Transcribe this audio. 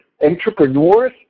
entrepreneurs